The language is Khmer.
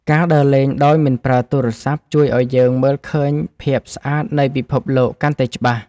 ការដើរលេងដោយមិនប្រើទូរស័ព្ទ ជួយឱ្យយើងមើលឃើញភាពស្អាតនៃពិភពលោកកាន់តែច្បាស់។